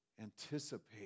anticipate